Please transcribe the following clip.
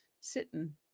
sitting